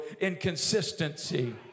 inconsistency